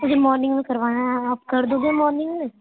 مجھے مارننگ میں کروانا ہے آپ کردو گے مارننگ میں